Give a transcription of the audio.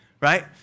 right